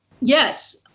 Yes